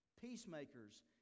Peacemakers